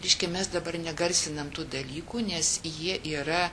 reiškia mes dabar negarsinam tų dalykų nes jie yra